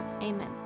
Amen